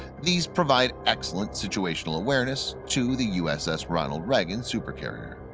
these provide excellent situational awareness to the uss ronald reagan supercarrier.